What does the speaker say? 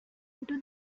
into